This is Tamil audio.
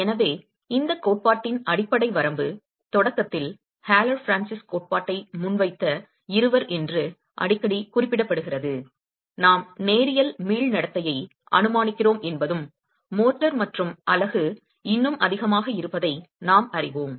எனவே இந்த கோட்பாட்டின் அடிப்படை வரம்பு தொடக்கத்தில் ஹாலர் பிரான்சிஸ் கோட்பாட்டை முன்வைத்த இருவர் என்று அடிக்கடி குறிப்பிடப்படுகிறது நாம் நேரியல் மீள் நடத்தையை அனுமானிக்கிறோம் என்பதும் மோர்டார் மற்றும் அலகு இன்னும் அதிகமாக இருப்பதை நாம் அறிவோம்